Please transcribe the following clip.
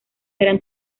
eran